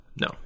No